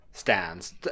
stands